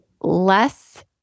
less